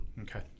Okay